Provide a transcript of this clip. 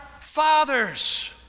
fathers